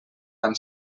van